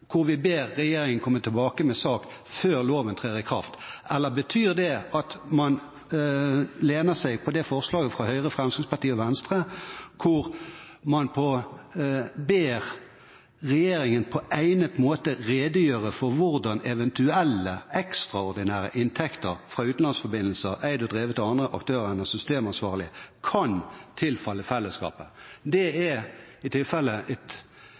hvor vi ber regjeringen komme tilbake med sak før loven trer i kraft? Eller betyr det at man lener seg på forslaget fra Høyre, Fremskrittspartiet og Venstre, hvor man «ber regjeringen på egnet måte redegjøre for hvordan eventuelle ekstraordinære inntekter fra utenlandsforbindelser eid og drevet av andre aktører enn den systemansvarlige, kan tilfalle fellesskapet»? Det er i tilfelle et